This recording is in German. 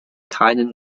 keinen